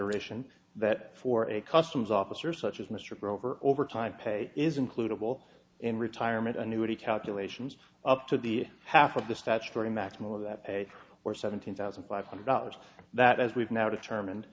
eration that for a customs officer such as mr grover overtime pay is included will in retirement annuity calculations up to the half of the statutory maximum of that pay or seventeen thousand five hundred dollars that as we've now determined